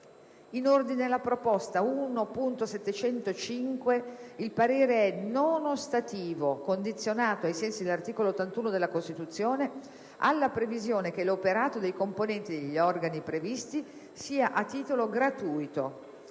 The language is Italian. In ordine alla proposta 1.705, il parere è non ostativo condizionato, ai sensi dell'articolo 81 della Costituzione, alla previsione che l'operato dei componenti degli organi previsti sia a titolo gratuito.